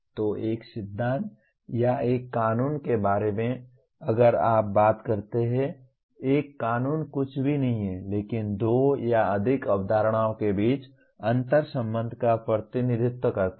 तो एक सिद्धांत या एक कानून के बारे में अगर आप बात करते हैं एक कानून कुछ भी नहीं है लेकिन दो या अधिक अवधारणाओं के बीच अंतर्संबंध का प्रतिनिधित्व करता है